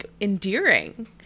endearing